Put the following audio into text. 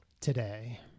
today